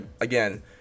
Again